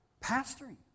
pastoring